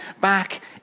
back